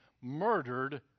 murdered